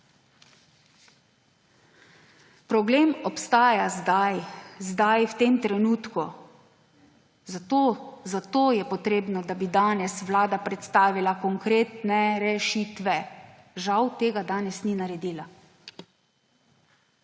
Problem obstaja zdaj; zdaj, v tem trenutku. Zato je potrebno, da bi danes Vlada predstavila konkretne rešitve. Žal tega danes ni naredila.